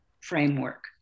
framework